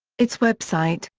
its website,